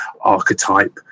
archetype